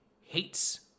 hates